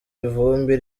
ivumbi